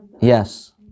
Yes